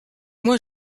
moi